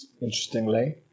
interestingly